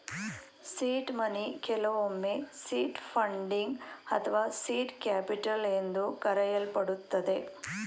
seed money ಕೆಲವೊಮ್ಮೆ seed funding ಅಥವಾ seed capital ಎಂದು ಕರೆಯಲ್ಪಡುತ್ತದೆ